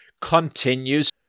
continues